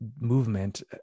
movement